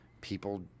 people